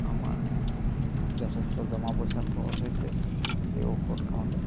আমাৰ যথেষ্ট জমা পইচা খৰচ হৈছে সেই ঔষধ খাওঁতে